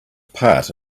part